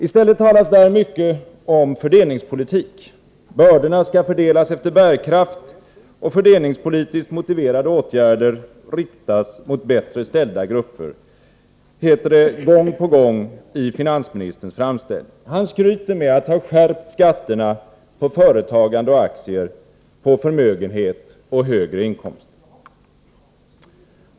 I stället talas det där mycket om fördelningspolitik. Bördorna skall fördelas efter bärkraft och fördelningspolitiskt motiverade åtgärder riktas mot bättre ställda grupper, heter det gång på gång i finansministerns framställning. Han skryter med att ha skärpt skatterna på företagande och aktier, på förmögenhet och högre inkomster.